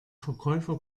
verkäufer